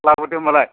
लाबोदो होम्बालाय